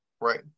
right